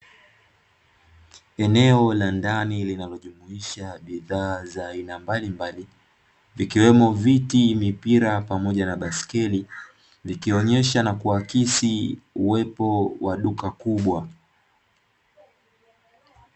Eneo la ndani linalojumuisha bidhaa za aina mbalimbali, vikiwemo: viti, mipira pamoja na baiskeli; vikionyesha na kuakisi uwepo wa duka kubwa.